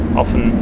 often